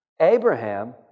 Abraham